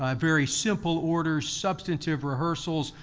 um very simple orders, substantive rehearsals,